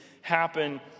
happen